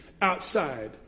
outside